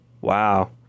Wow